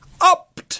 up